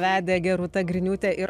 vedė gerūta griniūtė ir